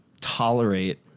tolerate